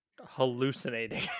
hallucinating